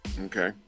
Okay